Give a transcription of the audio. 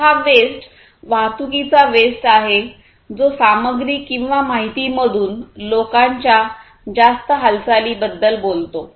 तर हा वेस्ट वाहतुकीचा वेस्ट आहे जो सामग्री किंवा माहिती मधून लोकांच्या जास्त हालचालींबद्दल बोलतो